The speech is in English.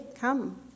come